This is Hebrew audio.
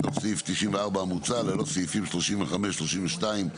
בתוך סעיף 94 המוצע, ללא סעיפים 35, 32,